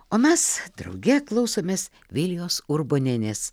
o mes drauge klausomės vilijos urbonienės